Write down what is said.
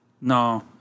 No